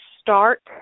start